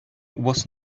was